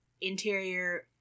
interior